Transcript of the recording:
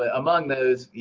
ah among those,